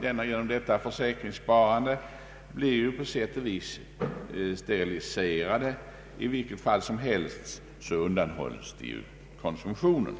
De premier som inbetalas genom försäkringssparandet blir på sätt och vis steriliserade, i vilket fall som helst så undanhålls de den löpande konsumtionen.